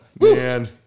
Man